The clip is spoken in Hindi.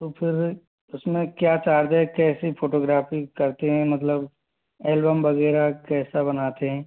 तो फिर उस में क्या चार्ज है कैसी फोटोग्राफी करते हैं मतलब ऐलबम वग़ैरह कैसा बनाते हैं